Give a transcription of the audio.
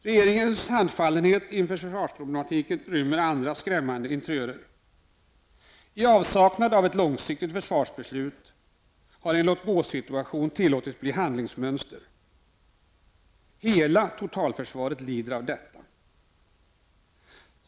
Regeringens handfallenhet inför försvarsproblematiken rymmer andra skrämmande interiörer. I avsaknad av ett långsiktigt försvarsbeslut har en låt-gå-situation tillåtits bli handlingsmönster. Hela totalförsvaret lider av detta.